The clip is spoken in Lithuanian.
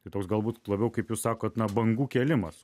tai toks galbūt labiau kaip jūs sakot na bangų kėlimas